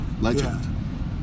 legend